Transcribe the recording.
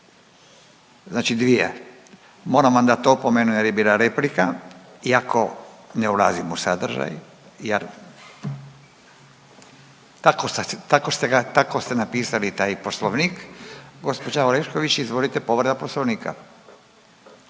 Znači dvije. Moram vam dati opomenu jer je bila replika iako ne ulazim u sadržaj jer tako ste napisali taj Poslovnik. Gđa Orešković, izvolite, povreda Poslovnika.